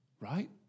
Right